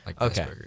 Okay